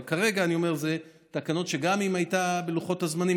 אבל כרגע אני אומר שאלה תקנות שגם אם היא הייתה בלוחות הזמנים,